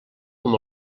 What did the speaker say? com